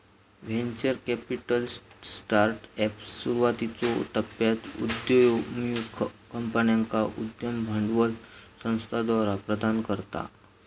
venture capital startups, सुरुवातीच्यो टप्प्यात उदयोन्मुख कंपन्यांका उद्यम भांडवल संस्थाद्वारा प्रदान करता